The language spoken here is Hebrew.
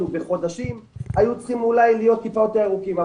בחודשים היו צריכים אולי להיות יותר ארוכים,